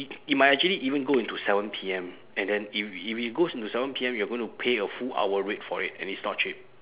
it it might actually even go into seven P_M and then if if it goes into seven P_M you're gonna pay a full hour rate for it and it's not cheap